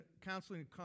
counseling